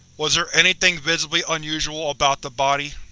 was there anything visibly unusual about the body?